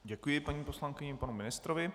Děkuji paní poslankyni i panu ministrovi.